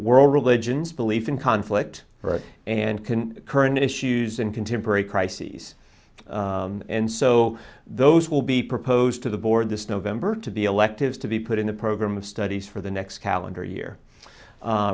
world religions belief in conflict for and can current issues in contemporary crises and so those will be proposed to the board this november to be electives to be put in the program of studies for the next calendar year